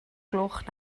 gloch